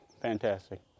fantastic